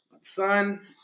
son